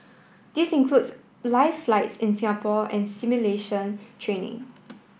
these includes live flights in Singapore and simulation training